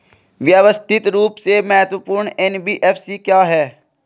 व्यवस्थित रूप से महत्वपूर्ण एन.बी.एफ.सी क्या हैं?